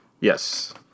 Yes